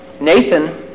Nathan